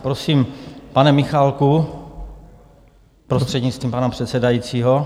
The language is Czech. Prosím, pane Michálku, prostřednictvím pana předsedajícího.